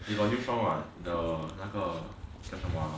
they got new song what 那个